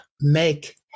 make